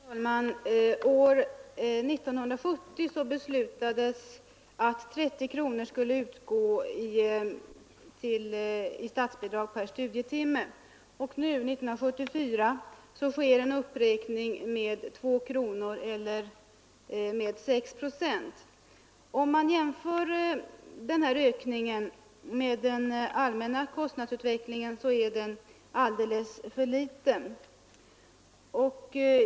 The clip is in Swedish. Herr talman! År 1970 beslutades att 30 kronor skulle utgå i statsbidrag per studietimme, och nu 1974 sker en uppräkning med 2 kronor eller med 6 procent. Om man jämför den ökningen med den allmänna kostnadsutvecklingen är ökningen alldeles för liten.